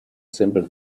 simple